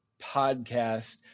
Podcast